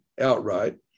outright